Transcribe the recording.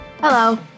Hello